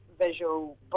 visual